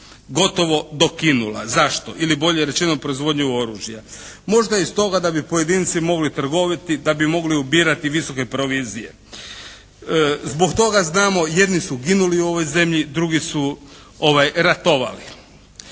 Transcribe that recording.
gotovo dokinula. Zašto? Ili bolje rečeno proizvodnju oružja. Možda i stoga da bi pojedinci mogli trgovati, da bi mogli ubirati visoke provizije. Zbog toga znamo jedni su ginuli u ovoj zemlji, drugi su ratovali,